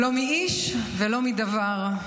לא מאיש ולא מדבר.